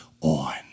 on